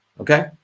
Okay